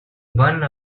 one